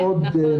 אז זכית, זכינו.